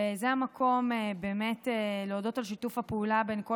וזה המקום באמת להודות על שיתוף הפעולה בין כל